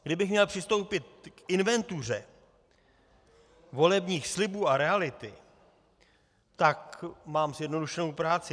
Kdybych měl přistoupit k inventuře volebních slibů a reality, tak mám zjednodušenou práci.